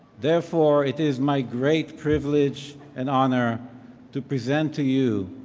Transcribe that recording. therefore it is my great privilege and honor to present to you.